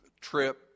trip